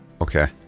Okay